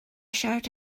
siarad